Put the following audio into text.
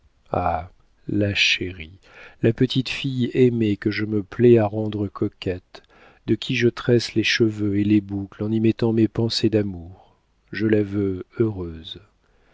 la chérie la petite fille aimée que je me plais à rendre coquette de qui je tresse les cheveux et les boucles en y mettant mes pensées d'amour je la veux heureuse